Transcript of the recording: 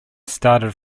started